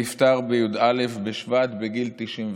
שנפטר בי"א בשבט, בגיל 96,